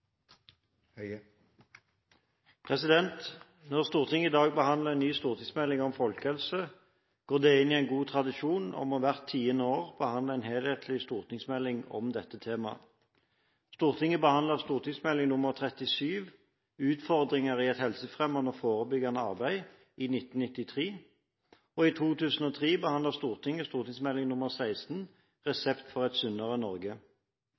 til. Når Stortinget i dag behandler en ny stortingsmelding om folkehelse, går det inn i en god tradisjon med at en hvert tiende år behandler en helhetlig stortingsmelding om dette temaet. Stortinget behandlet St.meld. nr. 37 for 1992–1993, Utfordringer i helsefremmende og forebyggende arbeid, i 1993. I 2003 behandlet Stortinget St.meld. nr. 16